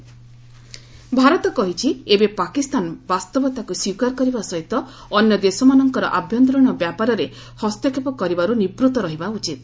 MEA Kashmir Bharat କହିଛି ଏବେ ପାକିସ୍ତାନ ବାସ୍ତବତାକୁ ସ୍ୱୀକାର କରିବା ସହିତ ଅନ୍ୟ ଦେଶମାନଙ୍କର ଆଭ୍ୟନ୍ତରୀଣ ବ୍ୟାପାରରେ ହସ୍ତକ୍ଷେପ କରିବାରୁ ନିବୂତ୍ତ ରହିବା ଉଚିତ